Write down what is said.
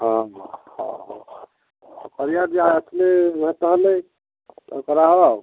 ହଁ ହଁ ହଉ କରିବା ଦିଅ ଆସିଲେ ଭ ତାହେଲେ ତ କରାହବ ଆଉ